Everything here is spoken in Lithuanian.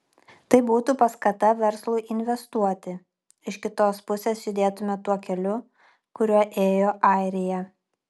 tai būtų paskata verslui investuoti iš kitos pusės judėtumėme tuo keliu kuriuo ėjo airija